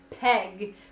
peg